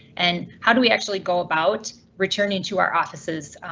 and how do we actually go about returning to our offices?